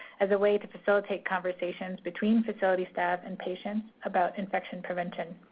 as a way to facilitate conversations between facility staff and patients about infection prevention.